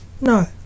No